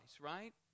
right